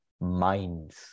minds